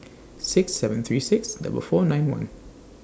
six seven three six double four nine one